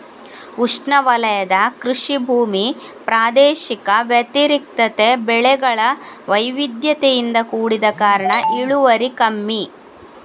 ಉಷ್ಣವಲಯದ ಕೃಷಿ ಭೂಮಿ ಪ್ರಾದೇಶಿಕ ವ್ಯತಿರಿಕ್ತತೆ, ಬೆಳೆಗಳ ವೈವಿಧ್ಯತೆಯಿಂದ ಕೂಡಿದ ಕಾರಣ ಇಳುವರಿ ಕಮ್ಮಿ